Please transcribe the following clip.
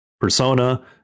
Persona